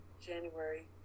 January